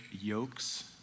yokes